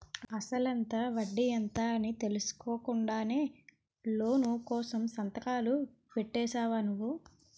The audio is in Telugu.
అసలెంత? వడ్డీ ఎంత? అని తెలుసుకోకుండానే లోను కోసం సంతకాలు పెట్టేశావా నువ్వు?